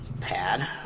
pad